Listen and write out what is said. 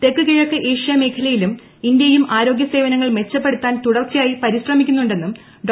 തെക്ക് കിഴക്ക് ഏഷ്യ മേഖലയും ഇന്ത്യയും ആരോഗ്യ സേവനങ്ങൾ മെച്ചപ്പെടുത്താൻ തുടർച്ചയായി പരിശ്രമിക്കുകയാണെന്നും ഡോ